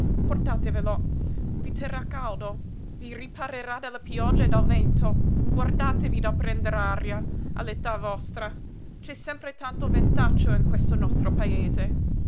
portatevelo i terrà caldo vi riparerà dalla pioggia e dal vento guardatevi dal prender aria all'età vostra c'è sempre tanto ventaccio in questo nostro paese